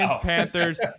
Panthers